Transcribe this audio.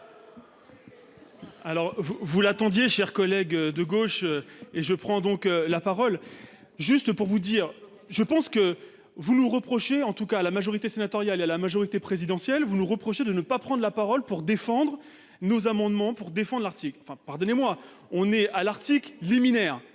vous, vous l'attendiez chers collègues de gauche et je prends donc la parole juste pour vous dire, je pense que vous nous reprochez en tout cas la majorité sénatoriale et à la majorité présidentielle. Vous nous reprochez de ne pas prendre la parole pour défendre nos amendements pour défendre article enfin pardonnez-moi, on est à l'article liminaire.